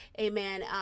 amen